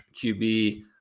qb